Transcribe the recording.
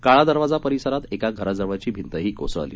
काळा दरवाजा परिसरात एका घराजवळची भिंतही कोसळली